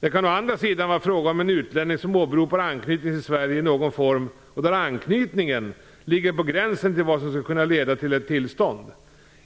Det kan å andra sidan vara fråga om en utlänning som åberopar anknytning till Sverige i någon form och där anknytningen ligger på gränsen till vad som skulle kunna leda till tillstånd.